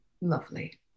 lovely